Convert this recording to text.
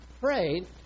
prayed